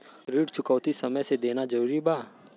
ऋण चुकौती समय से देना जरूरी बा?